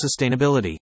sustainability